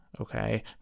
okay